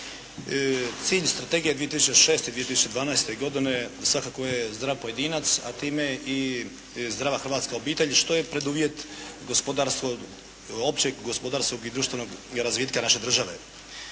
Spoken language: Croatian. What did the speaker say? Cilj strategije 2006. i 2012. godine svakako je zdrav pojedinac a time i zdrava hrvatska obitelj, što je preduvijet gospodarstvo, općeg gospodarskog i društvenog razvitka naše države.